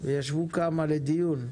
וישבו כמה אנשים לדיון.